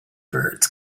birds